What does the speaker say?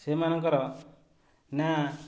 ସେମାନଙ୍କର ନାଁ